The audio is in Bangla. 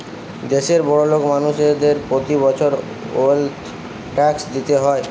দেশের বড়োলোক মানুষদের প্রতি বছর ওয়েলথ ট্যাক্স দিতে হয়